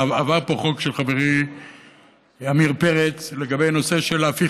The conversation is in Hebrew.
עבר פה חוק של חברי עמיר פרץ לגבי הפיכת